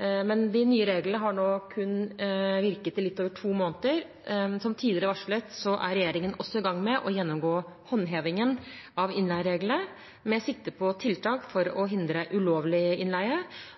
De nye reglene har kun virket i litt over to måneder. Som tidligere varslet er regjeringen også i gang med å gjennomgå håndhevingen av innleiereglene, med sikte på tiltak for å hindre ulovlig innleie.